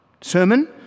sermon